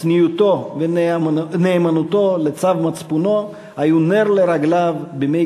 צניעותו ונאמנותו לצו מצפונו היו נר לרגליו בימי